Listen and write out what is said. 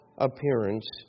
appearance